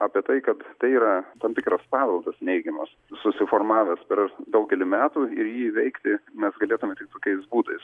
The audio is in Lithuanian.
apie tai kad tai yra tam tikras paveldas neigiamas susiformavęs per daugelį metų ir jį įveikti mes galėtume tik tokiais būdais